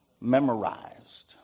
Memorized